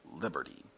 liberty